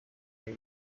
yari